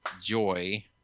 Joy